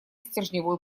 стержневой